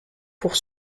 pour